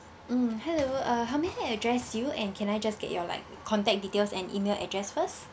mm hello uh how may I address you and can I just get your like contact details and email address first